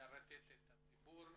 משרתת את הציבור,